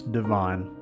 divine